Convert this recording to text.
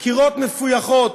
קירות מפויחים.